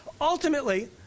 ultimately